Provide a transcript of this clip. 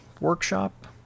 Workshop